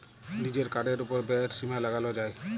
লিজের কার্ডের ওপর ব্যয়ের সীমা লাগাল যায়